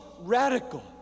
radical